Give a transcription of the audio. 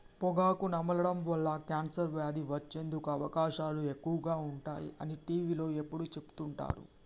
పొగాకు నమలడం వల్ల కాన్సర్ వ్యాధి వచ్చేందుకు అవకాశాలు ఎక్కువగా ఉంటాయి అని టీవీలో ఎప్పుడు చెపుతుంటారు